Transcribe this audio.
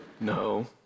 No